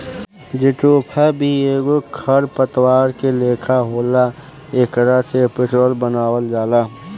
jatropha भी एगो खर पतवार के लेखा होला एकरा से पेट्रोल बनावल जाला